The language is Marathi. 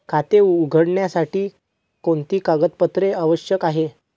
खाते उघडण्यासाठी कोणती कागदपत्रे आवश्यक आहे?